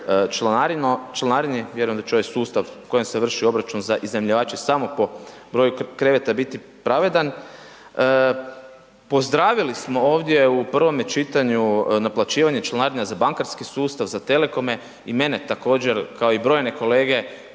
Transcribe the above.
turističkoj članarini, vjerujem da će ovaj sustav u kojem se vrši obračun za iznajmljivače samo po broju kreveta biti pravedan. Pozdravili smo ovdje u prvome čitanju naplaćivanje članarina za bankarski sustav, za telekome i mene također kao i brojne kolege